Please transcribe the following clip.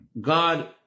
God